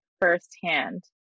firsthand